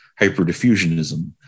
hyperdiffusionism